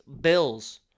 Bills